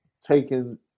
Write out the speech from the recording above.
taken –